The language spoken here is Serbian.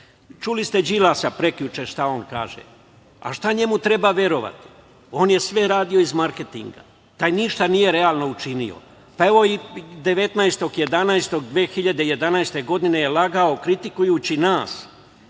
ste Đilasa prekjuče šta on kaže. Šta njemu treba verovati. On je sve radio iz marketinga. Taj ništa realno nije učinio. Pa, evo i 19. novembra 2011. godine je lagao kritikujući nas.